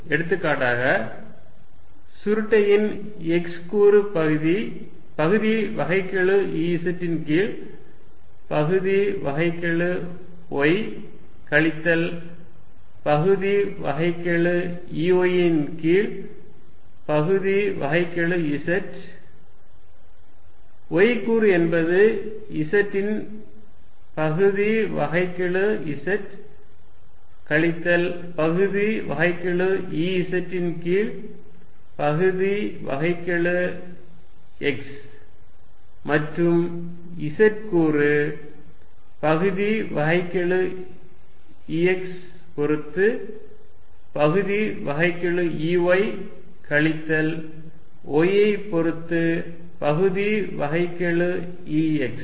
எடுத்துக்காட்டாக சுருட்டையின் x கூறு பகுதி வகைக்கெழு Ez ன் கீழ் பகுதி வகைக்கெழு y கழித்தல் பகுதி வகைக்கெழு Ey ன் கீழ் பகுதி வகைக்கெழு z y கூறு என்பது x ன் பகுதி வகைக்கெழு z கழித்தல் பகுதி வகைக்கெழு Ez ன் கீழ் பகுதி வகைக்கெழு x மற்றும் z கூறு பகுதி வகைக்கெழு Ex பொறுத்து பகுதி வகைக்கெழு Ey கழித்தல் y ஐ பொறுத்து பகுதி வகைக்கெழு Ex